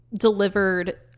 Delivered